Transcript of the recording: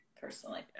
personally